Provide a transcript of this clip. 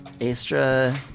Astra